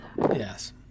yes